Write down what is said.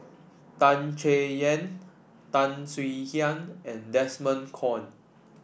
Tan Chay Yan Tan Swie Hian and Desmond Kon